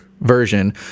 version